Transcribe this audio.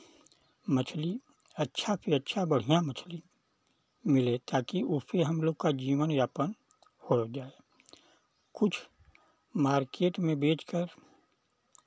मछली अच्छा से अच्छा बढ़ियाँ मछली मिले ताकि उससे हम लोग का जीवन यापन हो जाए कुछ मार्केट में बेचकर